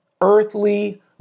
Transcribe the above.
earthly